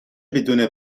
بدون